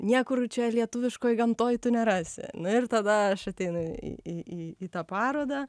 niekur čia lietuviškoj gamtoj tu nerasi na ir tada aš ateinu į į į tą parodą